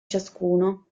ciascuno